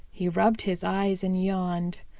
he rubbed his eyes and yawned.